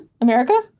America